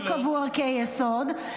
לא קבעו ערכי יסוד.